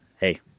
hey